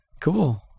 Cool